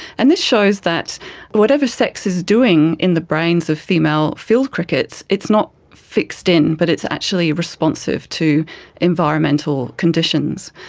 and this shows that whatever sex is doing in the brains of female field crickets, it's not fixed in but it's actually responsive to environmental conditions.